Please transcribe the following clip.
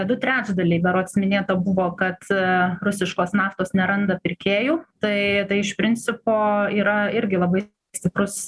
du trečdaliai berods minėta buvo kad rusiškos naftos neranda pirkėjų tai tai iš principo yra irgi labai stiprus